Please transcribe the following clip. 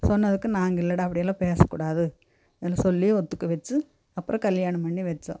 சொன்னதுக்கு நாங்கள் இல்லைடா அப்படியெல்லாம் பேசக்கூடாதுன்னு சொல்லி ஒத்துக்க வச்சு அப்புறம் கல்யாணம் பண்ணி வச்சோம்